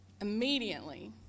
immediately